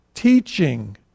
teaching